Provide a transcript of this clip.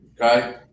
Okay